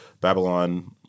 Babylon –